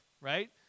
right